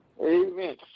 Amen